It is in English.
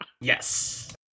Yes